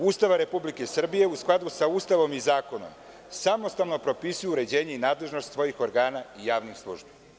Ustava Republike Srbije, u skladu sa Ustavom i zakonom samostalno propisuju uređenje i nadležnost svojih organa i javnih službi.